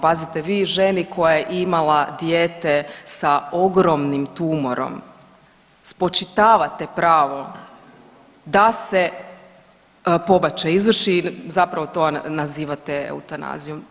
Pazite vi ženi koja je imala dijete sa ogromnim tumorom spočitavate pravo da se pobačaj izvrši i zapravo to nazivate eutanazijom.